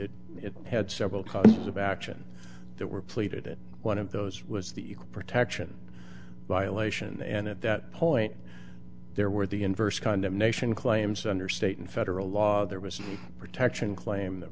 it had several causes of action that were pleaded in one of those was the equal protection violation and at that point there were the inverse condemnation claims under state and federal law there was a protection claim that